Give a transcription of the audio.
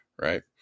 right